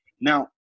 Now